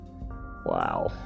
Wow